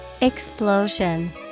Explosion